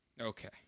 Okay